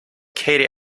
katie